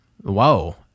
whoa